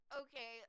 okay